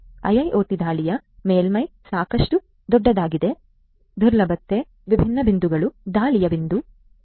IIoT ದಾಳಿಯ ಮೇಲ್ಮೈ ಸಾಕಷ್ಟು ದೊಡ್ಡದಾಗಿದೆ ದುರ್ಬಲತೆಯ ವಿಭಿನ್ನ ಬಿಂದುಗಳು ದಾಳಿಯ ಬಿಂದುಗಳು